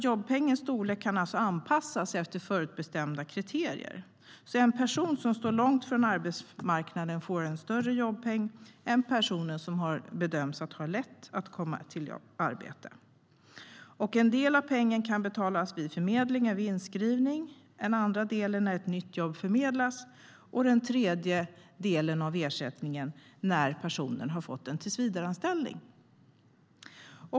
Jobbpengens storlek kan anpassas efter förutbestämda kriterier. En person som står långt från arbetsmarknaden får en större jobbpeng än en person som bedömts ha lätt att komma i arbete. En del av pengen kan betalas vid inskrivning i förmedlingen, en andra del när ett nytt jobb förmedlas och en tredje del när personen fått en tillsvidareanställning.